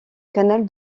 canal